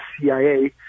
CIA